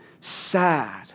sad